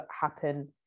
happen